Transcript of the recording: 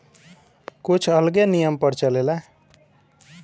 कुछ अलगे नियम पर चलेला